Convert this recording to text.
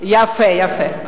יפה, יפה.